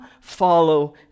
follow